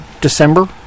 December